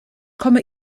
komme